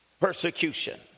persecution